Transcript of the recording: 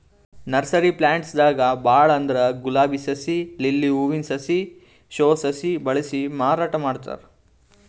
nursery plants ದಾಗ್ ಭಾಳ್ ಅಂದ್ರ ಗುಲಾಬಿ ಸಸಿ, ಲಿಲ್ಲಿ ಹೂವಿನ ಸಾಸ್, ಶೋ ಸಸಿ ಬೆಳಸಿ ಮಾರಾಟ್ ಮಾಡ್ತಾರ್